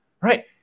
right